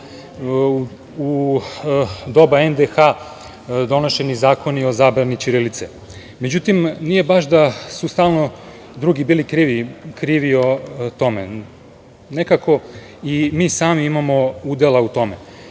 u doba NDH donošeni su zakoni o zabrani ćirilice.Međutim, nije baš da su stalno drugi bili krivi o tome. Nekako i mi sami imamo udela u tome.